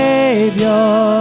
Savior